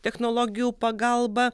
technologijų pagalba